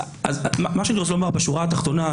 בשורה התחתונה,